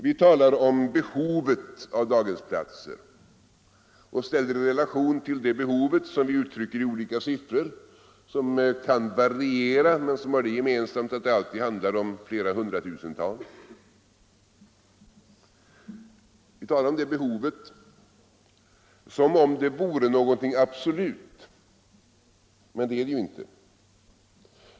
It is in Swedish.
Vi talar om behovet av daghemsplatser — och uttrycker det i olika siffror, som kan variera men som har det gemensamt att det handlar om flera 100 000-tal — som om det vore någonting absolut. Men det är det ju inte.